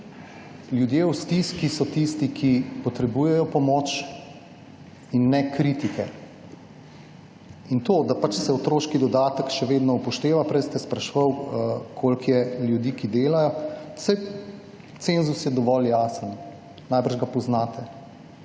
ljudje v stiski so tisti, ki potrebujejo pomoč in ne kritike. In to, da pač se otroški dodatek še vedno upošteva, prej ste spraševal koliko je ljudi, ki delajo, saj cenzus je dovolj jasen, najbrž ga poznate.